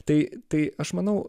tai tai aš manau